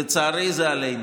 לצערי, זה עלינו.